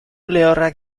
lehorrak